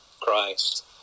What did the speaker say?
Christ